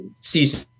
season